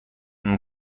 بین